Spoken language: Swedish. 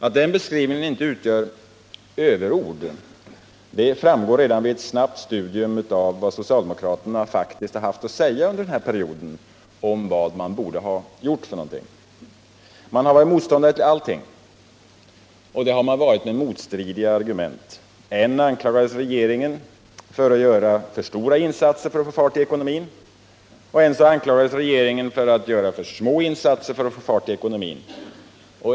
Att den beskrivningen inte utgör överord framgår redan vid ett snabbt studium av "vad socialdemokraterna faktiskt har haft att säga under denna period om vad som bort göras. Man har varit motståndare till allt och det med motstridiga argument. Än anklagades regeringen för att göra för stora insatser för att få fart i ekonomin. Än anklagades regeringen för att göra för små insatser för att få fart i ekonomin.